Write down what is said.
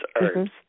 herbs